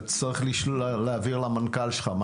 תצטרך להעביר למנכ"ל שלך.